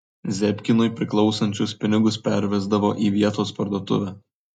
zebkinui priklausančius pinigus pervesdavo į vietos parduotuvę